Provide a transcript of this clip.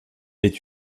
est